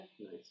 Nice